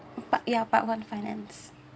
part ya part one finance